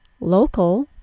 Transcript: local